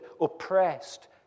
oppressed